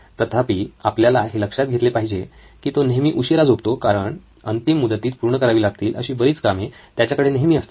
तथापि आपल्याला हे लक्षात घेतले पाहिजे की तो नेहमी उशिरा झोपतो कारण अंतिम मुदतीत पूर्ण करावी लागतील अशी बरीच कामे त्याच्याकडे नेहमी असतात